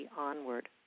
onward